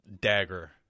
dagger